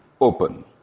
open